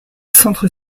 centre